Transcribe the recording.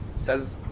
Says